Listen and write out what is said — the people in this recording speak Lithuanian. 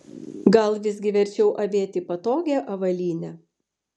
gal visgi verčiau avėti patogią avalynę